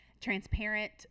transparent